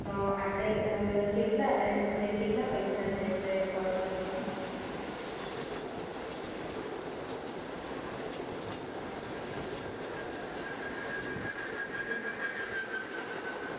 તો આપણે કેટલા એટલે કેટલા પૈસા થાય છે પર પર્સન